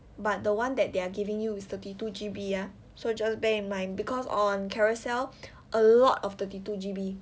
but the [one] that they are giving you is thirty two G_B ya so just bear in mind because on Carousell a lot of thirty two G_B